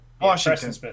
Washington